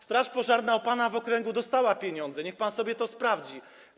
Straż pożarna u pana w okręgu dostała pieniądze, niech pan sobie to sprawdzi.